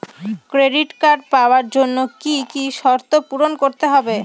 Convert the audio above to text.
Credit card পাওয়ার জন্য কি কি শর্ত পূরণ করতে হবে?